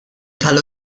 tal